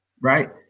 Right